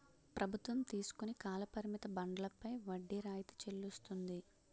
ప్రభుత్వం తీసుకుని కాల పరిమిత బండ్లపై వడ్డీ రాయితీ చెల్లిస్తుంది